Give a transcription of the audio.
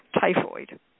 typhoid